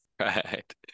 Right